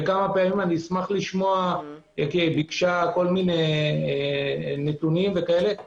אשמח לשמוע ביקשה נתונים וכאלה.